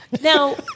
Now